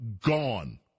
gone